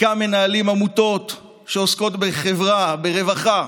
חלקם מנהלים עמותות שעוסקות בחברה, ברווחה.